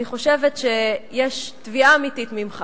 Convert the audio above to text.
אני חושבת שיש תביעה אמיתית ממך